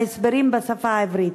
להסברים בשפה העברית.